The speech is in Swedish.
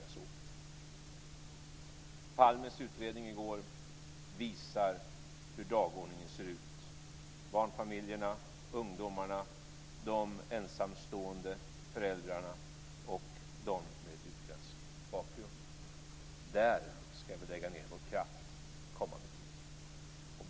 Palmes utredning som presenterades i går visar hur dagordningen ser ut: barnfamiljerna, ungdomarna, de ensamstående föräldrarna och de med utländsk bakgrund. Där ska vi lägga ned vår kraft den kommande tiden.